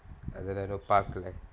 அது வேற பாக்குல:athu vera paakkula